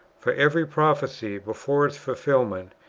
for every prophecy, before its fulfilment,